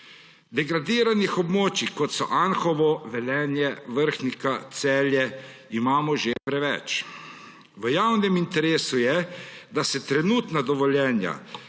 Degradiranih območij, kot so Anhovo, Velenje, Vrhnika, Celje imamo že preveč. V javnem interesu je, da se trenutna dovoljenja